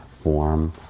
form